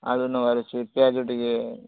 ଆଳୁ ନେବାର ଅଛି ପିଆଜ ଟିକେ